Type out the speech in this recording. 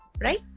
right